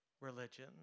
religion